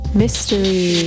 mystery